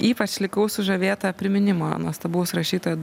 ypač likau sužavėta priminimo nuostabaus rašytojo